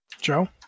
Joe